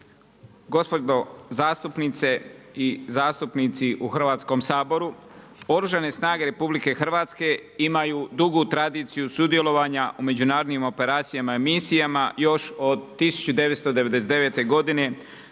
gospodo zastupnice i zastupnici u Hrvatskom saboru. Oružane snage RH imaju dugu tradiciju sudjelovanja u međunarodnim operacijama i misijama još od 1999. godine